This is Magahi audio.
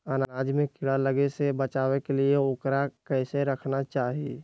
अनाज में कीड़ा लगे से बचावे के लिए, उकरा कैसे रखना चाही?